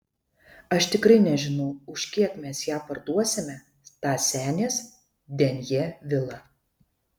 aš tikrai nežinau už kiek mes ją parduosime tą senės denjė vilą